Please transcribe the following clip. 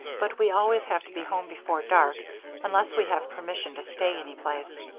but we always have to be home before dark unless we have permission to stay any place.